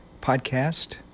Podcast